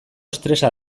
estresa